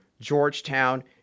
Georgetown